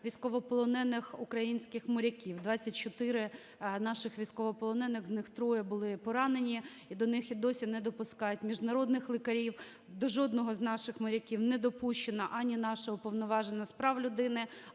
військовополонених українських моряків, 24 наших військовополонених, з них троє були поранені, і до них і досі не допускають міжнародних лікарів, до жодного з наших моряків не допущена ані наша Уповноважена з прав людини,